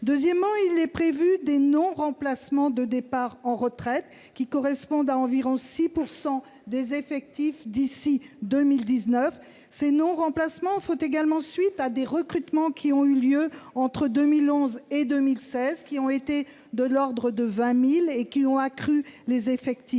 Deuxièmement, sont prévus des non-remplacements de départs en retraite, qui correspondent à environ 6 % des effectifs d'ici à 2019. Ces non-remplacements font également suite à des recrutements ayant eu lieu entre 2011 et 2016- ils ont été de l'ordre de 20 000 -, conduisant à un accroissement des effectifs